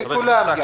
לכולם.